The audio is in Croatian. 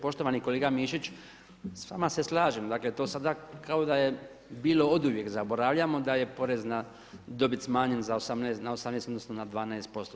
Poštovani kolega Mišić, s vama se slažem, dakle to sada kao da je bilo oduvijek, zaboravljamo da je porezna dobit smanjena na 18 odnosno na 12%